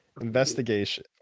Investigation